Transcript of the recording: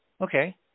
okay